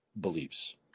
beliefs